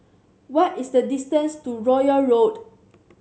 what is the distance to Royal Road